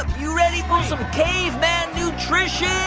you ready for some caveman nutrition?